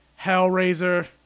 Hellraiser